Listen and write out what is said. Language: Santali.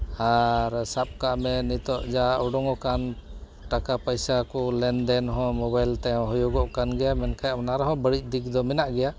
ᱟᱨ ᱥᱟᱯ ᱠᱟᱜ ᱢᱮ ᱱᱤᱛᱳᱜ ᱡᱟ ᱩᱰᱩᱝᱟᱠᱟᱱ ᱴᱟᱠᱟ ᱯᱚᱭᱥᱟ ᱠᱚ ᱞᱮᱱᱫᱮᱱ ᱦᱚᱸ ᱢᱳᱵᱟᱭᱤᱞ ᱛᱮ ᱦᱩᱭᱩᱜᱚᱜ ᱠᱟᱱ ᱜᱮᱭᱟ ᱢᱮᱱᱠᱷᱟᱡ ᱚᱱᱟ ᱨᱮᱦᱚᱸ ᱵᱟᱹᱲᱤᱡ ᱫᱤᱠ ᱫᱚ ᱢᱮᱱᱟᱜ ᱜᱮᱭᱟ